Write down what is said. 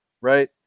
right